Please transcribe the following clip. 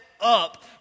up